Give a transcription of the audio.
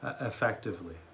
effectively